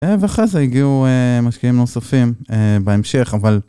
ואחרי זה הגיעו משקיעים נוספים בהמשך, אבל...